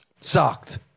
Sucked